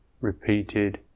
repeated